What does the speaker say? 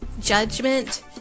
judgment